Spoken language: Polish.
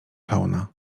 fauna